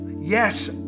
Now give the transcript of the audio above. Yes